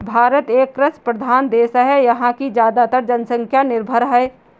भारत एक कृषि प्रधान देश है यहाँ की ज़्यादातर जनसंख्या निर्भर है